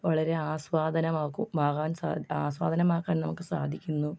വളരെ ആസ്വാദനമാക്കു മാകാൻ ആസ്വാദനമാക്കാൻ നമുക്ക് സാധിക്കുന്നു